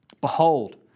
Behold